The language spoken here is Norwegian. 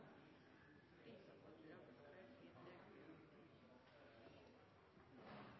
i Senterpartiet er